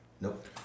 Nope